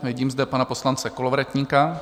Vidím zde pana poslance Kolovratníka.